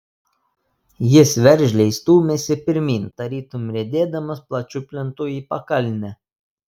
jis veržliai stūmėsi pirmyn tarytum riedėdamas plačiu plentu į pakalnę